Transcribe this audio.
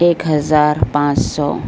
ایک ہزار پانچ سو